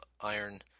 iron –